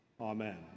Amen